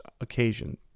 occasion